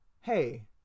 hey